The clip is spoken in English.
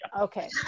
okay